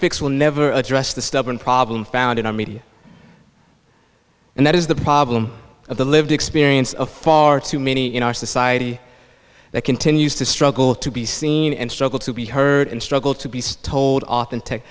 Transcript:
fix will never address the stubborn problem found in our media and that is the problem of the lived experience of far too many in our society that continues to struggle to be seen and struggle to be heard and struggle to be told authentic